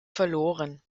verloren